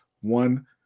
One